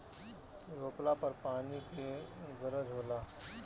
रोपला पर पानी के गरज होला